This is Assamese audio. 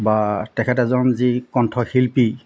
বা তেখেত এজন যি কণ্ঠশিল্পী